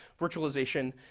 virtualization